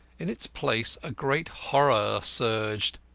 in its place a great horror surged.